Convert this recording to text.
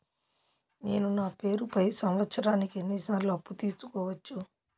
నేను నా పేరుపై సంవత్సరానికి ఎన్ని సార్లు అప్పు తీసుకోవచ్చు?